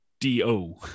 d-o